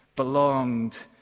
belonged